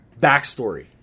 backstory